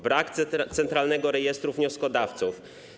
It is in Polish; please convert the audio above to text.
Brak centralnego rejestru wnioskodawców.